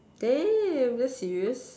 damn are you serious